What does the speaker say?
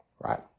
Right